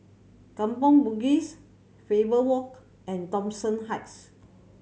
Kampong Bugis Faber Walk and Thomson Heights